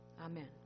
Amen